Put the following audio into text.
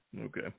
Okay